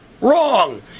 wrong